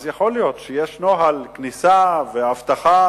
אז יכול להיות שיש נוהל כניסה ואבטחה,